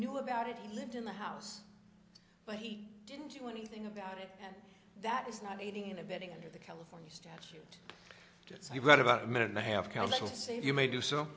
knew about it he lived in the house but he didn't do anything about it and that is not aiding and abetting under the california statute that so you've got about a minute and a half council save you may do so